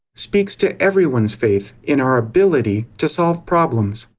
speaks to everyone's faith in our ability to solve problems.